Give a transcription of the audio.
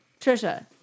Trisha